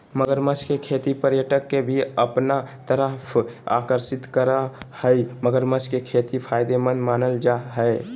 मगरमच्छ के खेती पर्यटक के भी अपना तरफ आकर्षित करअ हई मगरमच्छ के खेती फायदेमंद मानल जा हय